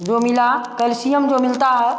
जो मिला कैल्सियम जो मिलता है